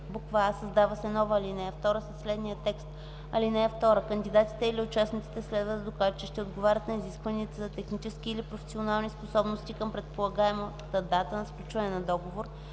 а) създава се нова ал. 2 със следния текст: „(2) Кандидатите или участниците следва да докажат, че ще отговарят на изискванията за технически или професионални способности към предполагаемата дата на сключване на договора,